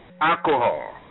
alcohol